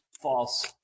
False